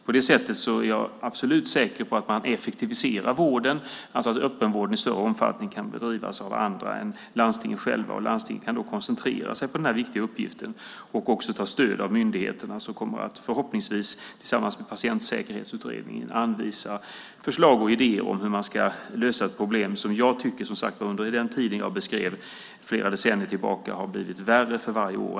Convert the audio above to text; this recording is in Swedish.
På det sättet är jag absolut säker på att man effektiviserar vården, alltså att öppenvården i större omfattning kan bedrivas av andra än landstingen själva. Landstingen kan då koncentrera sig på den här viktiga uppgiften och också ta stöd av myndigheterna, som förhoppningsvis tillsammans med Patientsäkerhetsutredningen kommer att anvisa förslag och idéer om hur man ska lösa ett problem som jag som sagt var tycker under den tid jag beskrev, flera decennier tillbaka, har blivit värre för varje år.